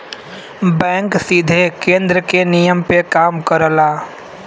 bank सीधे केन्द्र के नियम पे काम करला